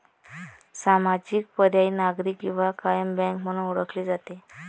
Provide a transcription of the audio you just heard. सामाजिक, पर्यायी, नागरी किंवा कायम बँक म्हणून ओळखले जाते